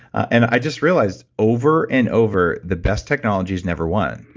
and i just realized, over and over, the best technologies never won.